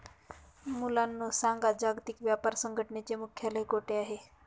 मुलांनो सांगा, जागतिक व्यापार संघटनेचे मुख्यालय कोठे आहे